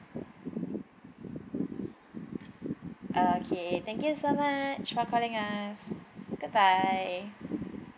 okay thank you so much for calling us good bye